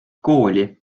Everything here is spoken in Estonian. kooli